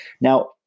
now